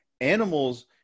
animals